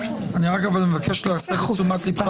אני רק מבקש להסב את תשומת ליבך,